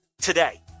today